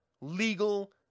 legal